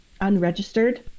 unregistered